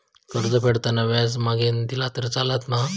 कर्ज फेडताना व्याज मगेन दिला तरी चलात मा?